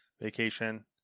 Vacation